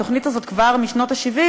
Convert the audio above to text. התוכנית הזאת היא כבר משנות ה-70,